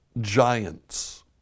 giants